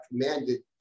commanded